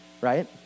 right